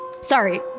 Sorry